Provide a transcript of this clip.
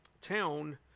town